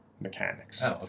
mechanics